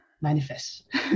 Manifest